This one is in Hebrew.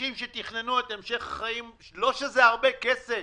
לא שזה הרבה כסף,